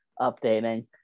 updating